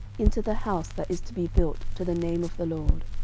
into the house that is to be built to the name of the lord.